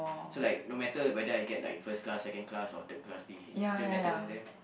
so like no matter whether I get like first class second class or third class it didn't matter to them